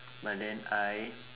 but then I